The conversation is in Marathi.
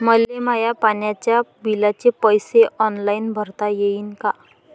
मले माया पाण्याच्या बिलाचे पैसे ऑनलाईन भरता येईन का?